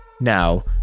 Now